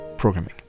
programming